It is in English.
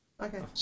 Okay